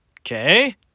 Okay